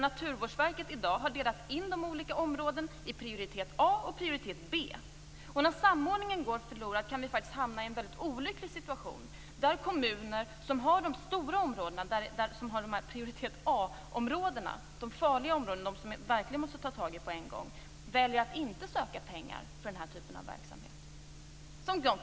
Naturvårdsverket har i dag delat in olika områden i prioritet A och prioritet B. När samordningen går förlorad kan vi hamna i en olycklig situation där kommuner som har prioritet A-områdena - de farliga områdena, som det är nödvändigt att på en gång ta itu med - väljer att inte söka pengar för den här typen av verksamhet.